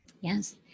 Yes